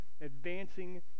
Advancing